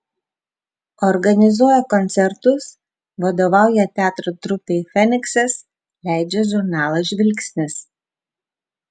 organizuoja koncertus vadovauja teatro trupei feniksas leidžia žurnalą žvilgsnis